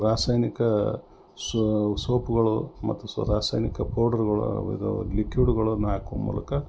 ಒಂದು ರಾಸಾಯನಿಕ ಸೋಪುಗಳು ಮತ್ತು ಸೊ ರಾಸಾಯನಿಕ ಪೌಡ್ರುಗಳು ಇದಾವೆ ಲಿಕ್ವಿಡ್ಗಳನ್ನು ಹಾಕುವ ಮೂಲಕ